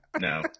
no